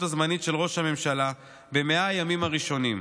הזמנית של ראש הממשלה ב-100 הימים הראשונים,